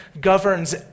governs